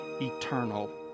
eternal